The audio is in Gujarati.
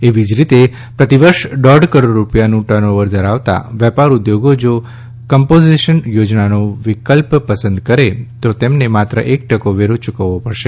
એવી જ રીતે પ્રતિવર્ષ દોઢ કરોડ રૂપિયાનું ટર્નઓવર ધરાવતા વેપાર ઉદ્યોગો જો કમ્પોઝીશન યોજનાનો વિકલ્પ પસંદ કરે તો તેમને માત્ર એક ટકો વેરો યૂકવવો પડશે